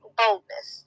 boldness